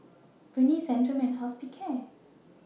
Rene Centrum and Hospicare